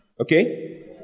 Okay